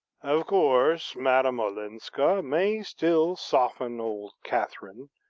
of course, madame olenska may still soften old catherine,